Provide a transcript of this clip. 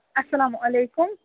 اَسلامُ علیکُم